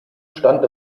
stand